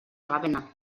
ravenna